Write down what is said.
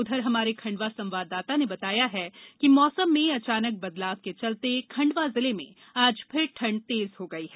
उधर हमारे खंडवा संवाददाता ने बताया है कि मौसम में अचानक बदलाव के चलते खण्डवा जिले में आज फिर ठंड तेज हो गई हैं